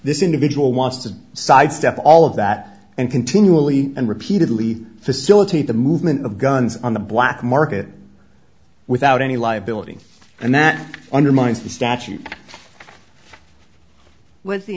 this individual wants to sidestep all of that and continually and repeatedly facilitate the movement of guns on the black market without any liability and that undermines the statute with the